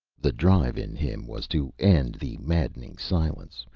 the drive in him was to end the maddening silence,